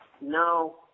no